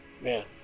man